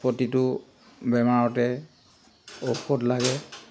প্ৰতিটো বেমাৰতে ঔষধ লাগে